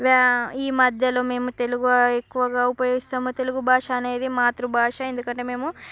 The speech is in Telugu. ఈ మధ్యలో మేము తెలుగు ఎక్కువగా ఉపయోగిస్తాము తెలుగు భాష అనేది మాతృభాష ఎందుకంటే మేము